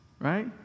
Right